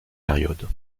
période